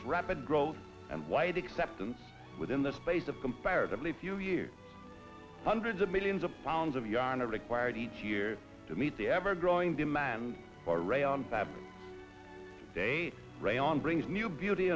its rapid growth and wide acceptance within the space of comparatively few years hundreds of millions of pounds of yarn are required each year to meet the ever growing demand for a on fab day right on brings new beauty